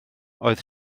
oedd